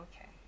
okay